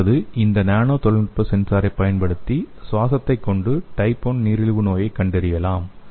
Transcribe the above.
அடுத்தது இந்த நானோ தொழில்நுட்ப சென்சாரைப் பயன்படுத்தி சுவாசத்தை கொண்டு டைப் 1 நீரிழிவு நோயைக் கண்டறியலாம்